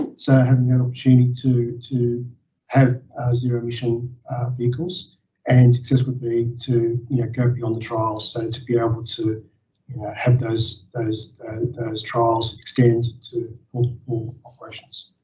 so having that opportunity to to have zero emission vehicles and success would be to yeah go beyond the trials. so to be able to have those, those those trials extend to full operations.